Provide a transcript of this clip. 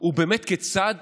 הוא באמת כיצד